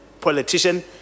politician